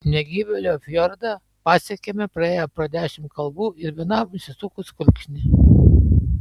negyvėlio fjordą pasiekėme praėję pro dešimt kalvų ir vienam išsisukus kulkšnį